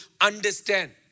understand